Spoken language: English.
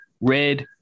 Red